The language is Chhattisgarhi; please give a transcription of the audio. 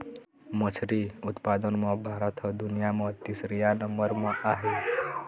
मछरी उत्पादन म भारत ह दुनिया म तीसरइया नंबर म आहे